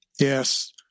Yes